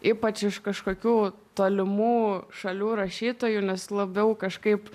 ypač iš kažkokių tolimų šalių rašytojų nes labiau kažkaip